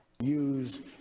Use